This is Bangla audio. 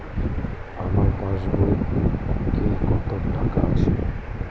আমার পাস বইয়ে কত টাকা আছে?